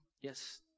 Yes